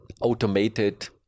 automated